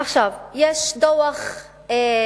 עכשיו, יש דוח פנימי